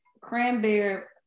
cranberry